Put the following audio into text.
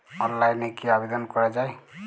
অনলাইনে কি আবেদন করা য়ায়?